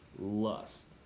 lust